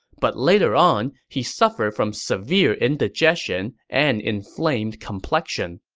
but later on, he suffered from severe indigestion and inflamed complexion.